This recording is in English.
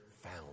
found